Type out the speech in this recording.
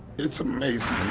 it's amazing.